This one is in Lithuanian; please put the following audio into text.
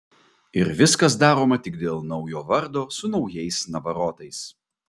ir viskas daroma tik dėl naujo vardo su naujais navarotais